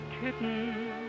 kitten